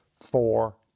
four